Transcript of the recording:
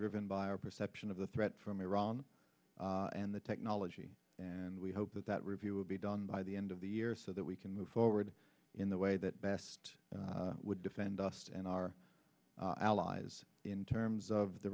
driven by our perception of the threat from iran and the technology and we hope that that review will be done by the end of the year so that we can move forward in the way that best would defend us and our allies in terms of the